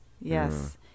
Yes